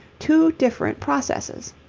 two different processes.